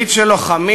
ברית של לוחמים,